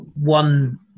one